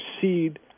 proceed